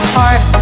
heart